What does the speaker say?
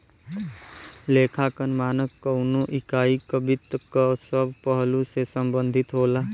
लेखांकन मानक कउनो इकाई क वित्त क सब पहलु से संबंधित होला